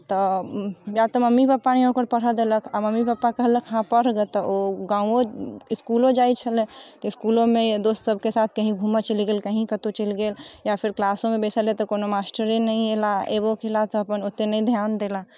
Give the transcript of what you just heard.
तऽ या तऽ मम्मी पापा नहि ओकर पढ़य देलक आ मम्मी पापा कहलक हँ पढ़ गे तऽ ओ गामो इस्कुलो जाइ छलै इस्कुलोमे दोस्तसभके साथ कहीँ घूमय चलि गेल कहीँ कतहु चलि गेल या फेर क्लासोमे बैसल रहल तऽ कोनो मास्टरे नहि अयला अयबो केला तऽ अपन ओतेक नहि ध्यान देला